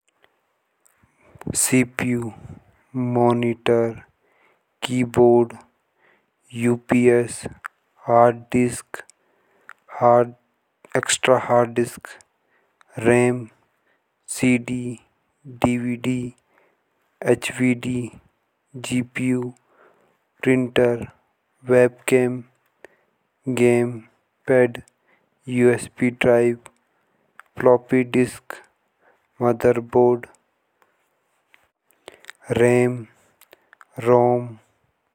CPU, monitor, keyboard, UPS, hard disk, extra hard disk, RAM, CVD, DVD, GPU, printer, webcam, game pad, USB drive, floppy disk, motherboard, RAM, Rome.